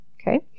okay